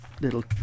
little